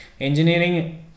engineering